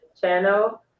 channel